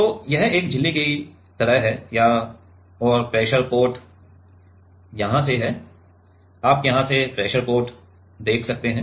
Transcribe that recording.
तो यह एक झिल्ली की तरह है या और प्रेशर पोर्ट यहा से है आप यहाँ से प्रेशर पोर्ट देख सकते हैं